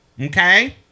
Okay